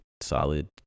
solid